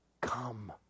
come